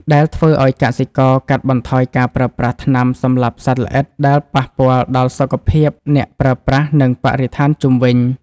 ដែលធ្វើឱ្យកសិករកាត់បន្ថយការប្រើប្រាស់ថ្នាំសម្លាប់សត្វល្អិត ដែលប៉ះពាល់ដល់សុខភាពអ្នកប្រើប្រាស់ និងបរិស្ថានជុំវិញ។